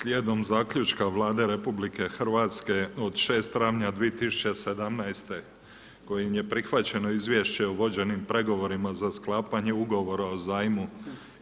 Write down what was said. Slijedom zaključka Vlade RH od 6. travnja 2017. kojim je prihvaćeno izvješće o vođenim pregovorima za sklapanje ugovora o zajmu